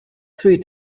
three